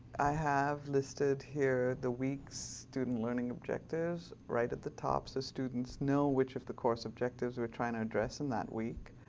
i have listed here the week's student learning objectives right at the top so students know which of the course objectives we're trying to address in that week.